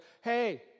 hey